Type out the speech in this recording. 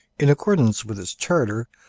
in accordance with its charter,